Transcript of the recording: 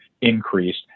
increased